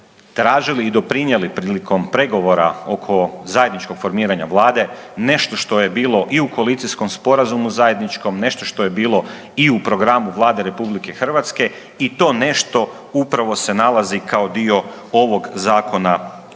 tražili i doprinijeli prilikom pregovora oko zajedničkog formiranja Vlade, nešto što je bilo i u koalicijskom sporazumu zajedničkom, nešto što je bilo i u programu Vlade RH i to nešto upravo se nalazi kao dio ovog zakona o